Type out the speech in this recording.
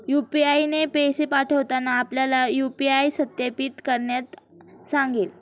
UPI ने पैसे पाठवताना आपल्याला यू.पी.आय सत्यापित करण्यास सांगेल